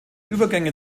übergänge